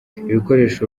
ibikoresho